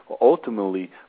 ultimately